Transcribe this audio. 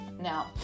Now